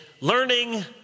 learning